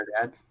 dad